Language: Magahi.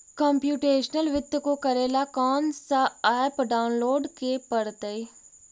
कंप्युटेशनल वित्त को करे ला कौन स ऐप डाउनलोड के परतई